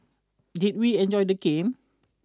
did we enjoy the game